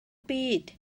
byd